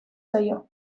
zaio